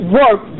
work